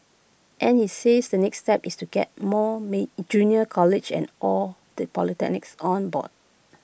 and he says the next step is to get more may junior colleges and all the polytechnics on board